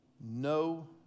No